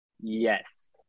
Yes